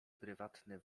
prywatny